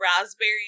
raspberry